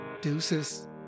Deuces